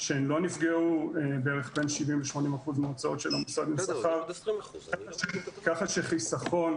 שהן לא נפגעו בין 70% ל-80% מההוצאות של המוסד הן שכר כך שחיסכון,